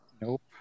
nope